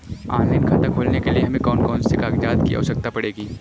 Online खाता खोलने के लिए हमें कौन कौन से कागजात की आवश्यकता पड़ेगी?